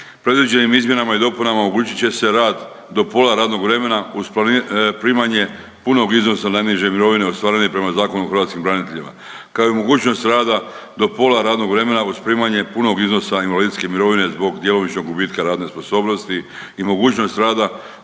Predviđenim izmjenama i dopunama omogućit će se rad do pola radnog vremena uz primanje punog iznosa najniže mirovine ostvarene prema Zakonu o hrvatskim braniteljima, kao i mogućnost rada do pola radnog vremena uz primanje punog iznosa invalidske mirovine zbog djelomičnog gubitka radne sposobnosti i mogućnost rada